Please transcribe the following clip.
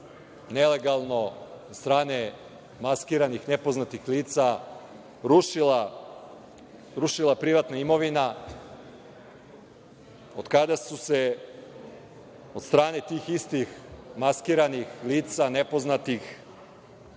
nelegalno od strane maskiranih, nepoznatih lica rušila privatna imovina, od kada su se od strane tih istih maskiranih lica, nepoznatih,